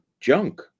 junk